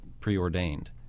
preordained